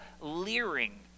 leering